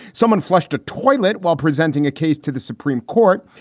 someone flushed a toilet while presenting a case to the supreme court.